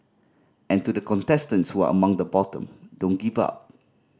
and to the contestants who are among the bottom don't give up